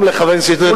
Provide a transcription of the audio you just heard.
גם לחבר הכנסת שטרית.